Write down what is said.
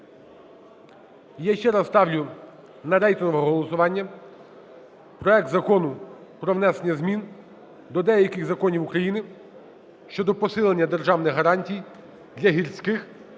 Я ще раз ставлю на рейтингове голосування проект Закону про внесення змін до деяких законів України щодо посилення державний гарантій для гірських